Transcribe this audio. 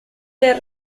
del